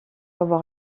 avoir